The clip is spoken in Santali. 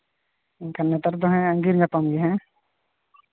ᱱᱮᱛᱟᱨ ᱫᱚ ᱦᱮᱸ ᱟᱹᱜᱤᱨ ᱧᱟᱯᱟᱢ ᱜᱮ ᱦᱮᱸ